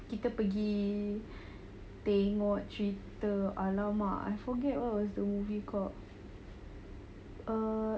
kita pergi tengok cerita !alamak! I forget what was the movie called err